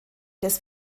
des